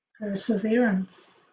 Perseverance